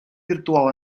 virtual